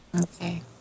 Okay